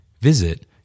Visit